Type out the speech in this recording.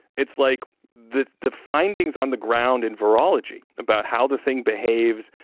it's like the the findings on the ground in virology about how the thing behaves,